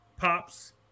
Pops